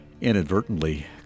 inadvertently